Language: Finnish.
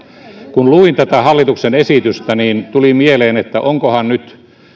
kun luin tätä hallituksen esitystä tuli mieleen että onkohan nyt